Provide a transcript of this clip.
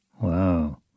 Wow